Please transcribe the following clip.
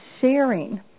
sharing